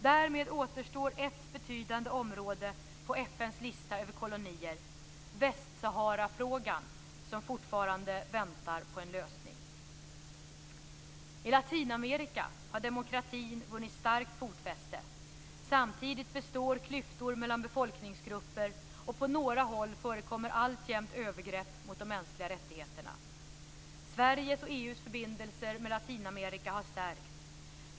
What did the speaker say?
Därmed återstår ett betydande område på FN:s lista över kolonier; Västsaharafrågan väntar fortfarande på en lösning. I Latinamerika har demokratin vunnit starkt fotfäste. Samtidigt består klyftor mellan befolkningsgrupper och på några håll förekommer alltjämt övergrepp mot de mänskliga rättigheterna. Sveriges och EU:s förbindelser med Latinamerika har stärkts.